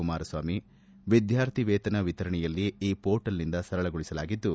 ಕುಮಾರಸ್ವಾಮಿ ವಿದ್ಯಾರ್ಥಿ ವೇತನ ವಿತರಣೆಯನ್ನು ಈ ಮೋರ್ಟಲ್ನಿಂದ ಸರಳಗೊಳಿಸಲಾಗಿದ್ದು